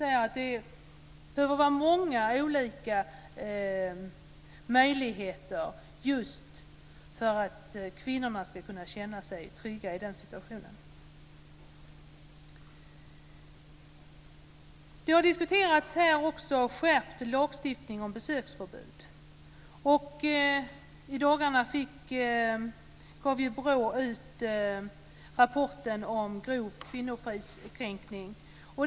Det behöver vara många olika möjligheter så att kvinnorna ska kunna känna sig trygga. Det har diskuterats skärpt lagstiftning och besöksförbud. BRÅ gav i dagarna ut rapporten Grov kvinnofridskränkning.